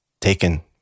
taken